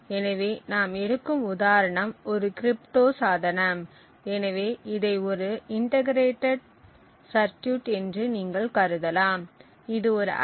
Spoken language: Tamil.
எனவே நாம் எடுக்கும் உதாரணம் ஒரு கிரிப்டோ சாதனம் எனவே இதை ஒரு இன்டகிரேடட் சர்கியூட் என்று நீங்கள் கருதலாம் இது ஒரு ஐ